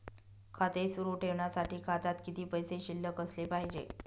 खाते सुरु ठेवण्यासाठी खात्यात किती पैसे शिल्लक असले पाहिजे?